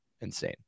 insane